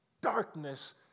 darkness